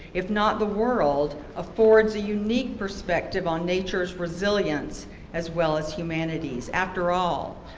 if not the world, affords a unique perspective on nature's resilience as well as humanity's. after all,